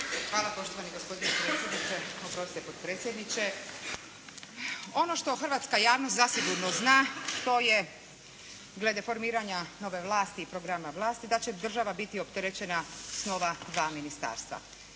Hvala gospodine predsjedniče, oprostite potpredsjedniče. Ono što hrvatska javnost zasigurno zna to je glede formiranja nove vlasti i programa vlasti da će država biti opterećena s nova dva ministarstva.